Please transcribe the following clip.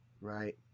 Right